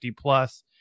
plus